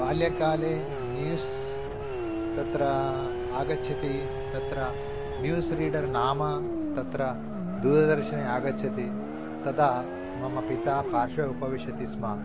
बाल्यकाले न्यूस् तत्र आगच्छति तत्र न्यूस् रीडर् नाम तत्र दूरदर्शने आगच्छति तदा मम पिता पार्श्वे उपविशति स्म